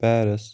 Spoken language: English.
Paris